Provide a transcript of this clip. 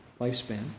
lifespan